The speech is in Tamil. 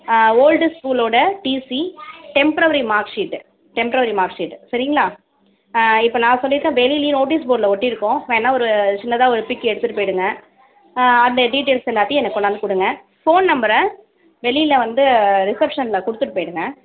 ஆ ஓல்ட் ஸ்கூலோட TC temporary mark sheet temporary mark sheet சரிங்ளா ஆ இப்போ நான் சொல்லிவிட்டேன் வெளிலேயும் நோட்டீஸ் போர்டில் ஒட்டியிருக்கும் வேணால் ஒரு வேணும்னா ஒரு சின்னதாக ஒரு பிக் எடுத்துகிட்டு போய்விடுங்க ஆ அந்த டீடெயில்ஸ் எல்லாத்தையும் எனக்கு கொண்டாந்து கொடுங்க ஃபோன் நம்பரை வெளியில் வந்து ரிசெப்ஷனில் கொடுத்து போய்விடுங்க